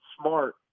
smart